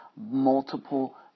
multiple